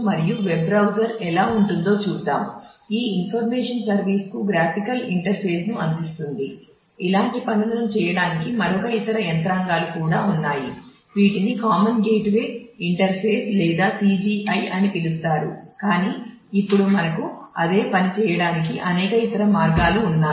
మీరు వెబ్ లేదా CGI అని పిలుస్తారు కాని ఇప్పుడు మనకు అదే పని చేయడానికి అనేక ఇతర మార్గాలు ఉన్నాయి